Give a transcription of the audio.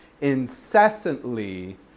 incessantly